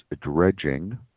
dredging